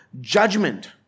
judgment